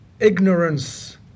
ignorance